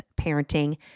parenting